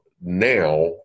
now